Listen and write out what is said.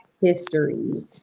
history